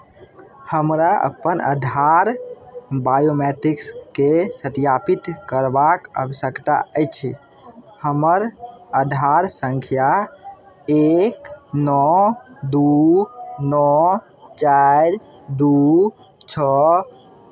हमरा अपन आधार बायोमैट्रिक्सकेँ सत्यापित करबाक आवश्यकता अछि हमर आधार सङ्ख्या एक नओ दू नओ चारि दू छओ